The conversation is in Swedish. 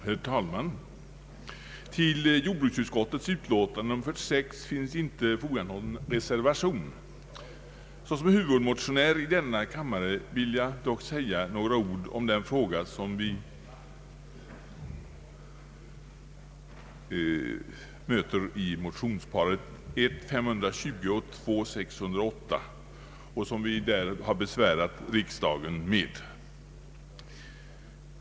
Herr talman! Till jordbruksutskottets utlåtande nr 46 finns inte fogad någon reservation. Såsom huvudmotionär i denna kammare vill jag dock säga några ord om den fråga, som vi genom motionsparet I:520 och II: 608 besvärat riksdagen med.